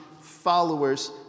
followers